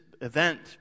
event